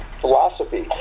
philosophy